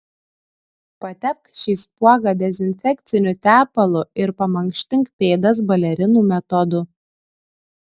patepk šį spuogą dezinfekciniu tepalu ir pamankštink pėdas balerinų metodu